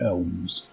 Elms